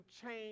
change